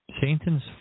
Satan's